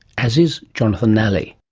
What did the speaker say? as is jonathan nally.